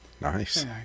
Nice